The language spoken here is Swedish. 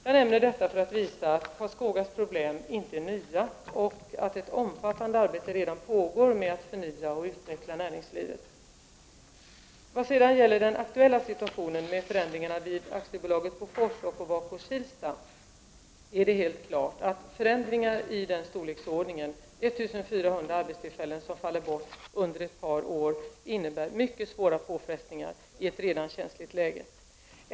Jag nämner detta för att visa att Karlskogas problem inte är nya och att ett omfattande arbete redan pågår med att förnya och utveckla näringslivet. Vad sedan gäller den aktuella situationen med förändringarna vid AB Bofors och Ovako Kilsta är det helt klart att förändringar i den storleksordningen — 1 400 arbetstillfällen som faller bort under ett par år — innebär mycket svåra påfrestningar i ett redan känsligt läge.